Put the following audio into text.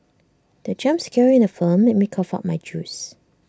the jump scare in the film made me cough out my juice